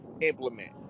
implement